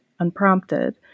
unprompted